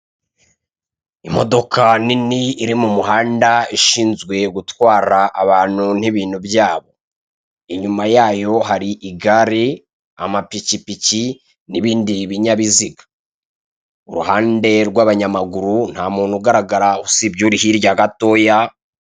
Imodoka nini iri mu muhanda ishinzwe gutwara abantu n'ibintu byabo, inyuma yayo har' igare, amapikipiki n'ibindi binyabiziga, uruhande rw'abanyamaguru nta muntu ugaragara usibye uri hirya gatoya,